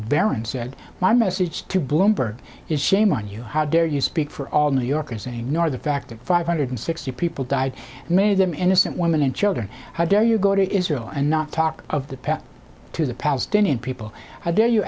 barron said my message to bloomberg is shame on you how dare you speak for all new yorkers and nor the fact that five hundred sixty people died many of them innocent women and children how dare you go to israel and not talk of the past to the palestinian people how dare you